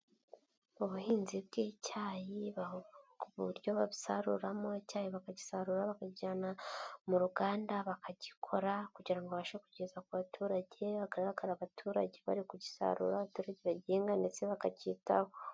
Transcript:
Ubuhinzi bw'icyayi ku buryo basaruramo icyayi bakagisarura bakajyana mu ruganda bakagikora kugira ngo babashe kugeza ku baturage hagaragara abaturage bari kugisarura abaturage bagihinga ndetse bakacyitaho.